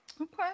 Okay